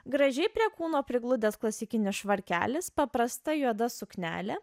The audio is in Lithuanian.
gražiai prie kūno prigludęs klasikinis švarkelis paprasta juoda suknelė